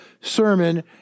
sermon